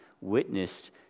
witnessed